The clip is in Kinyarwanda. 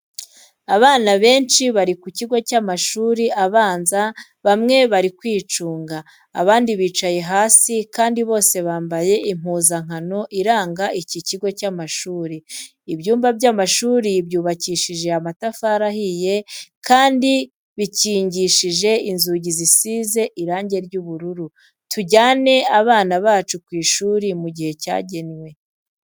Abana benshi bari ku kigo cy'amashuri abanza bamwe bari kwicunda, abandi bicaye hasi kandi bose bambaye impuzankano iranga iki kigo cy'amashuri. Ibyumba by'amashuri byubakishije amatafari ahiye kandi bikingishije inzugi zisize irangi ry'ubururu. Tujyane abana bacu ku ishuri mu gihe cyagenwe.